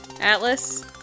Atlas